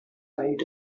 eyed